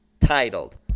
titled